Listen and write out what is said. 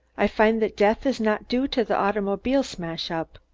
i find that death was not due to the automobile smash-up.